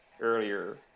earlier